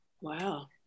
Wow